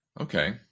Okay